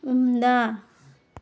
ఉందా